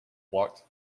blocked